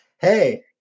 hey